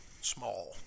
small